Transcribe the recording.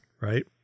right